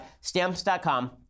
stamps.com